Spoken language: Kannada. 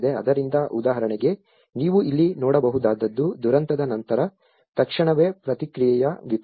ಆದ್ದರಿಂದ ಉದಾಹರಣೆಗೆ ನೀವು ಇಲ್ಲಿ ನೋಡಬಹುದಾದದ್ದು ದುರಂತದ ನಂತರ ತಕ್ಷಣವೇ ಪ್ರತಿಕ್ರಿಯೆಯ ವಿಪತ್ತು